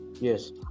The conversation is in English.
Yes